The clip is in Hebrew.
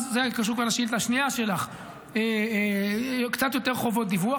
זה קשור יותר לשאילתה השנייה שלך קצת יותר חובות דיווח,